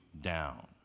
down